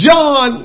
John